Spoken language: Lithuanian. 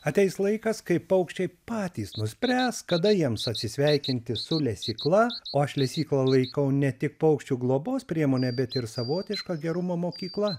ateis laikas kai paukščiai patys nuspręs kada jiems atsisveikinti su lesykla o aš lesyklą laikau ne tik paukščių globos priemone bet ir savotiška gerumo mokykla